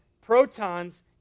protons